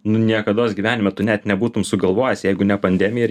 nu niekados gyvenime tu net nebūtum sugalvojęs jeigu ne pandemija ir